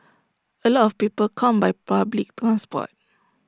A lot of people come by public transport